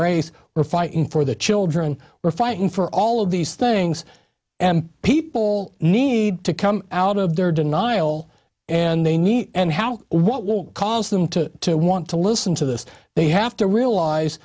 race we're fighting for the children we're fighting for all of these things and people need to come out of their denial and they need and how what will cause them to want to listen to this they have to realize